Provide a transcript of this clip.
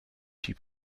she